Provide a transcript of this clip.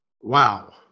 Wow